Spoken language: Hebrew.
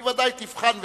היא בוודאי תבחן ותראה,